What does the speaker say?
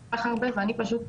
וזהו.